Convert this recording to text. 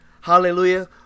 Hallelujah